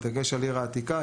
בדגש על העיר העתיקה.